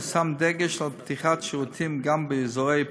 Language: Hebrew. הושם דגש על פתיחת שירותים באזורי הפריפריה,